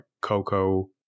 Coco